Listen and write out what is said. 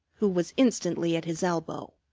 who was instantly at his elbow.